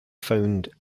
found